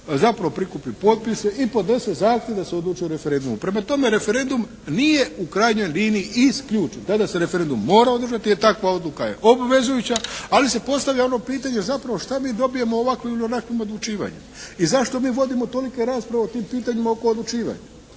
zapravo prikupi potpise i podnese zahtjev da se odlučuje referendumom. Prema tome, referendum nije u krajnjoj liniji isključen. Tada se referendum mora održati, jer takva odluka je obvezujuća. Ali se postavlja ono pitanje zapravo što mi dobijemo ovakvim ili onakvim odlučivanjem i zašto mi vodimo tolike rasprave o tim pitanjima oko odlučivanja.